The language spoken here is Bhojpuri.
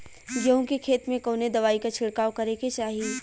गेहूँ के खेत मे कवने दवाई क छिड़काव करे के चाही?